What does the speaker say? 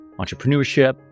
entrepreneurship